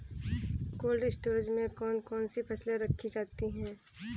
Cold storage में कौन कौन सी फसलें रखी जाती हैं?